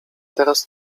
teraz